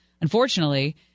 unfortunately –